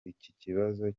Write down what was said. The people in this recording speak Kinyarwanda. ikibazo